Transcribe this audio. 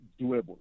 doable